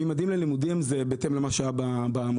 "ממדים ללימודים" זה בהתאם למה שהיה במושב.